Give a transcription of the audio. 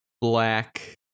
black